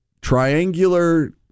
triangular